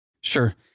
Sure